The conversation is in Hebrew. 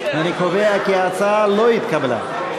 אני קובע כי ההצעה לא התקבלה.